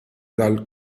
dal